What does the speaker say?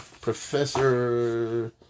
Professor